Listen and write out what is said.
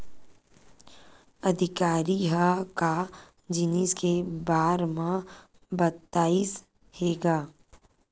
अधिकारी ह का जिनिस के बार म बतईस हे गा?